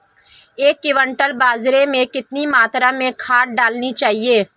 एक क्विंटल बाजरे में कितनी मात्रा में खाद डालनी चाहिए?